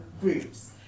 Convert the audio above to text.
groups